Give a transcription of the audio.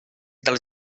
dels